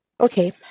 okay